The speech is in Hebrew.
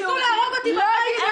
ניסו להרוג אותי.